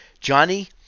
Johnny